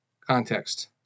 context